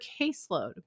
caseload